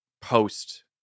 post